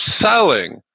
selling